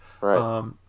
Right